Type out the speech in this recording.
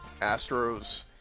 Astros